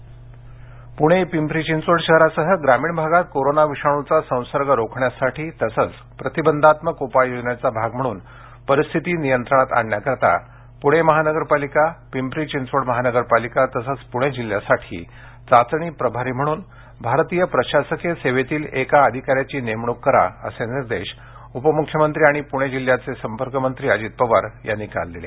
विभागीय आयुक्त प्रणे पिंपरी चिंचवड शहरासह ग्रामीण भागात कोरोना विषाणूचा संसर्ग रोखण्यासाठी प्रतिबंधात्मक उपाययोजनेचा भाग म्हणून परिस्थिती नियंत्रणात आणण्यासाठी पुणे महानगरपालिका पिंपरी चिंचवड महानगरपालिका तसेच पुणे जिल्ह्यासाठी चाचणी प्रभारी म्हणून भारतीय प्रशासकीय सेवेतील एका अधिकाऱ्याची नेमूणक करा असे निर्देश उपमुख्यमंत्री आणि प्णे जिल्ह्याचे संपर्कमंत्री अजित पवार यांनी दिले